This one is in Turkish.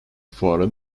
fuarın